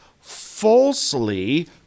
falsely